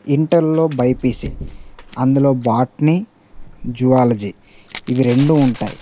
ఇంటర్లో బైపిసి అందులో botany zoology ఇవి రెండూ ఉంటాయి